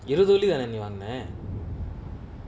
இருவது வெள்ளிதான நீ வாங்குன:iruvathu vellithaana nee vaanguna